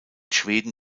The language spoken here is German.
schweden